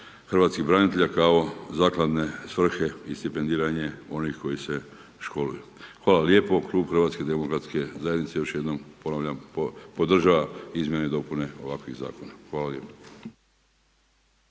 hrvatskih branitelja kao zakladne svrhe i stipendiranje onih koji se školuju. Hvala lijepo, klub HDZ-a još jednom ponavljam podržava izmjene i dopune ovakvih zakona. Hvala lijepa.